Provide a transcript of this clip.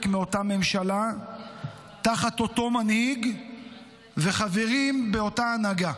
מאותה ממשלה תחת אותו מנהיג וחברים באותה הנהגה.